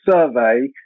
Survey